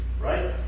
right